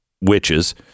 witches